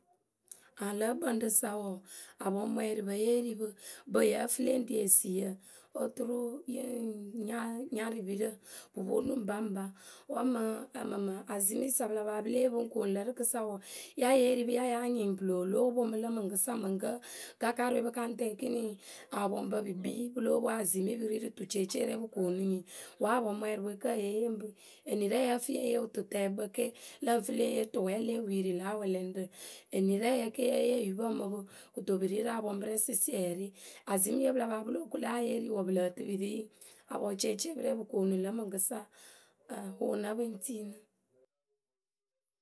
Aŋ lǝ̌ kpǝŋ rǝ sa wǝǝ, apɔŋmwɛɛrɩpǝ yée ri pǝ ŋpǝ wǝ́ yǝ fǝ le ŋ ri esiyǝ oturu yǝ ŋ nya nyarɨpirǝ pǝ ponu ŋpaŋpa. Wǝ́ mǝŋ ǝmɨmǝ azimi sa pɨ la pa ya pɨ lɛ́e yee pɨ ŋ koonu lǝ̌ rǝkɨsa wǝǝ, ya yée ri pǝ ya yáa nyɩŋ pǝ loo lóo poŋ mɨ lǝ̌ mɨŋkɨsa mɨŋkǝ́ gakarǝwe pǝ ka ŋ tɛŋ ekini. apɔŋpǝ pǝ kpii pɨ lóo pwo azimi pɨ rirǝ tuceeceewǝ rɛ pǝ koonu nyi. Wǝ́ apɔŋmwɛɛrɩpǝ kǝ́ wǝ́ ye yee mǝ pǝ enirɛɛ yǝ fɨ le ŋ yee wʊtutɛɛkpǝ ke lǝ ŋ fɨ le ŋ yee tʊwɛ le ŋ wiiri lǎ wɛlɛŋrǝ. Enirɛɛ ke ye yee oyupǝ mɨ pɨ Kɨto pǝ ri rǝ apɔŋpǝ rɛ sɩsiɛrɩ. Azimiye pǝ la pa ya pɨ lóó ku lǝ ya yée ri wǝǝ pǝ lǝǝ tɨ pɨ ri apɔŋceeceepǝ rɛ sɩsiɛrɩ mɨŋkɨsa. Ǝŋ ŋ wǝ wǝ́ ŋ́ nǝ pɨ ŋ́ tii nɨ.